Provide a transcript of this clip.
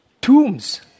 tombs